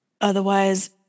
Otherwise